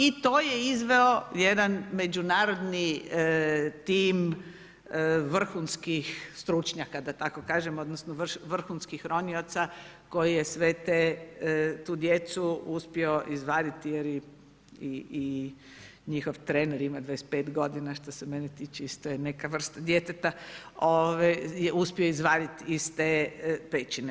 I to je izveo jedan međunarodni tim vrhunskih stručnjaka da tako kažem, odnosno vrhunskih ronioca koji je sve te, tu djecu uspio izvaditi jer i njihov trener ima 25 godina što se mene tiče isto je neka vrst djeteta, uspio izvaditi iz te pećine.